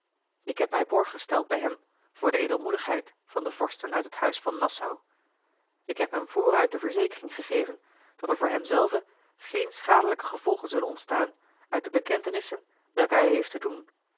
ik heb mij borg gesteld bij hem voor de edelmoedigheid van de vorsten uit het huis van nassau ik heb hem vooruit de verzekering gegeven dat er voor hem zelven geene schadelijke gevolgen zullen ontstaan uit de bekentenissen welke hij heeft te doen